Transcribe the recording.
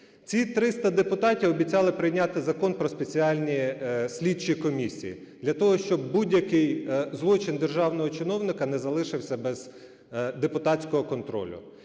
Ці 300 депутатів обіцяли прийняти закон про спеціальні слідчі комісії для того, щоб будь-який злочин державного чиновника не залишився без депутатського контролю.